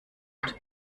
brot